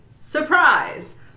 Surprise